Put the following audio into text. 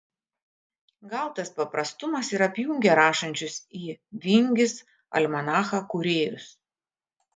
gal tas paprastumas ir apjungia rašančius į vingis almanachą kūrėjus